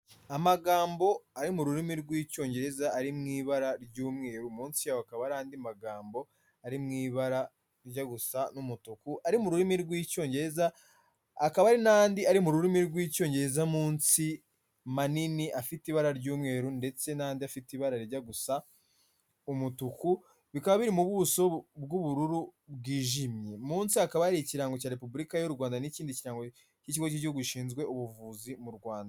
Amagambo ari mu rurimi rw'icyongereza ari mu ibara ry'umweru, munsi yaho hakaba hari andi magambo ari mu ibara rijya gusa n'umutuku ari mu rurimi rw'icyongereza, hakaba hari n'andi ari mu rurimi rw'icyongereza munsi manini afite ibara ry'umweru, ndetse n'andi afite ibara rijya gusa umutuku, bikaba biri mu buso bw'ubururu bwijimye. Munsi hakaba hari ikirango cya repubulika y'u Rwanda, n'ikindi kirango cy'ikigo cy'igihugu gishinzwe ubuvuzi mu Rwanda.